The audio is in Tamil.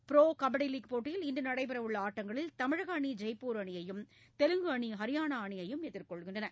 ப்ரோ கபடி லீக் போட்டியில் இன்று நடைபெறவுள்ள ஆட்டங்களில் தமிழக அணி ஜெய்ப்பூர் அணியையும் தெலுங்கு அணி ஹரியானா அணியையும் எதிர்கொள்கின்றன